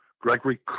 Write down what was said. Gregory